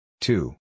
two